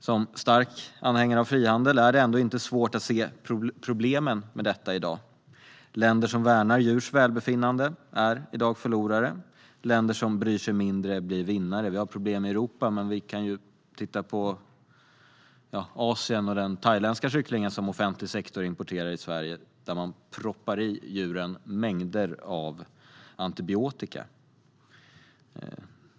Som stark anhängare av frihandel är det inte svårt att se problemen med detta i dag. Länder som värnar djurs välbefinnande är i dag förlorare. Länder som bryr sig mindre blir vinnare. Vi har problem i Europa, men vi kan ju se på Asien och den thailändska kycklingen som offentlig sektor importerar till Sverige och som är fullproppad med antibiotika.